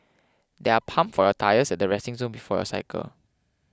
there are pumps for your tyres at the resting zone before your cycle